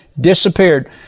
disappeared